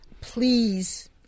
please